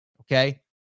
okay